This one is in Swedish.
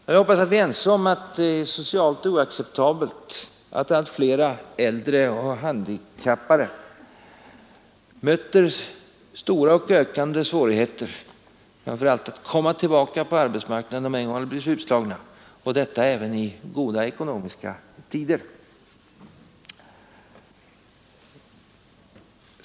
Jag hoppas att vi är ense om att det är socialt oacceptabelt att allt fler äldre och handikappade möter stora och ökande svårigheter, framför allt när det gäller att komma tillbaka på arbetsmarknaden om de en gång blivit utslagna — och detta även i goda ekonomiska tider.